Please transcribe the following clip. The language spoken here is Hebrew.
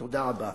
תודה רבה.